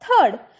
Third